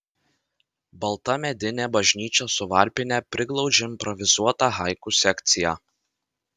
balta medinė bažnyčia su varpine priglaudžia improvizuotą haiku sekciją